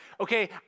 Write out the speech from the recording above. Okay